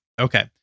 Okay